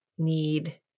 need